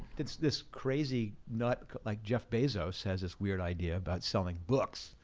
it's this crazy nut, like jeff bezos has this weird idea about selling books,